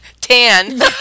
tan